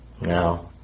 No